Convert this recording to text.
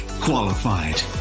qualified